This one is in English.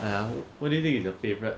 !aiya! what do you think is your favourite